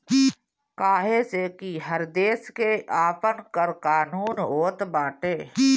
काहे से कि हर देस के आपन कर कानून होत बाटे